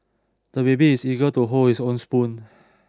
the baby is eager to hold his own spoon